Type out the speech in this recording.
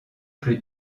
plus